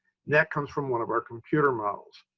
that comes from one of our computer models.